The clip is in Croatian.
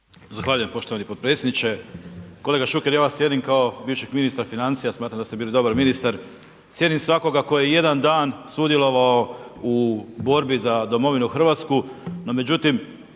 Zahvaljujem poštovani predsjedniče. Kolega Šuker, ja vas cijenim kao bivšeg ministra financija, smatram da ste bili dobar ministar, cijenim svakoga tko je jedan sudjelovao u borbi za domovinu Hrvatsku, no međutim